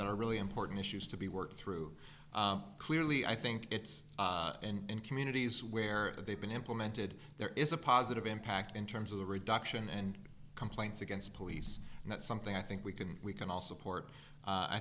that are really important issues to be worked through clearly i think it's in communities where they've been implemented there is a positive impact in terms of the reduction and complaints against police and that's something i think we can we can all support